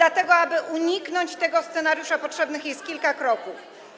Aby uniknąć tego scenariusza, potrzebnych jest kilka kroków.